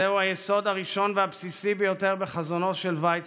זהו היסוד הראשון והבסיסי ביותר בחזונו של ויצמן,